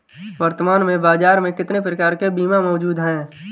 वर्तमान में बाज़ार में कितने प्रकार के बीमा मौजूद हैं?